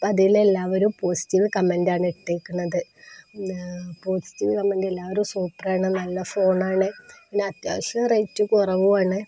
അപ്പോള് അതിലെല്ലാവരും പോസിറ്റീവ് കമെന്റാണ് ഇട്ടേക്കണത് പോസിറ്റീവ് കമെന്റ് എല്ലാവരും സൂപ്പറാണ് നല്ല ഫോണാണ് പിന്നെ അത്യാവശ്യം റേറ്റ് കുറവുമാണ്